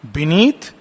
Beneath